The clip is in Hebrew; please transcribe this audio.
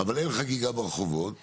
אבל אין חגיגה ברחובות כרגע.